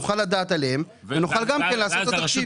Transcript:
נוכל לדעת עליהם ונוכל גם כן לעשות את התחשיב.